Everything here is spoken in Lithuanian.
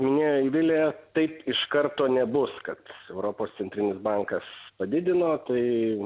ne idilė taip iš karto nebus kad europos centrinis bankas padidino tai